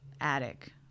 attic